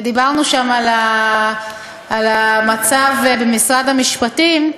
דיברנו שם על המצב במשרד המשפטים,